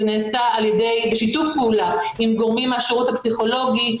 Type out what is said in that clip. זה נעשה בשיתוף פעולה עם גורמים מהשירות הפסיכולוגי,